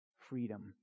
freedom